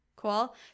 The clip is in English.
Cool